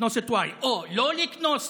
לקנוס את y, או לא לקנוס